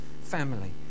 family